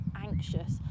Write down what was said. anxious